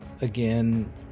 Again